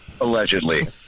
Allegedly